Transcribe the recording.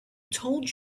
told